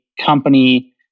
company